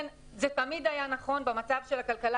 זה תמיד היה נכון אבל במצב של הכלכלה